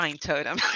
totem